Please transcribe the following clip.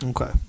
Okay